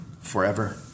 forever